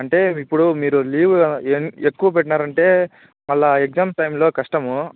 అంటే ఇప్పుడు మీరు లీవ్ ఇయన్నీ ఎక్కువ పెట్టినారంటే మళ్ళీ ఎగ్జామ్స్ టైంలో కష్టము